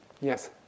Yes